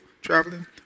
traveling